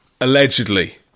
Allegedly